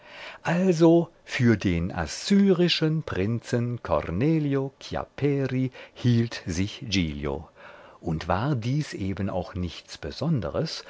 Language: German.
also für den assyrischen prinzen cornelio chiapperi hielt sich giglio und war dies eben auch nichts besonderes